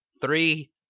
three